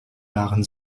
klaren